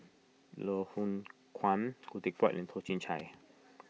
Loh Hoong Kwan Khoo Teck Puat and Toh Chin Chye